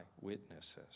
witnesses